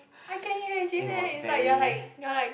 I can imagine eh it's like you are like you are like